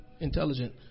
intelligent